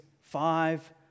five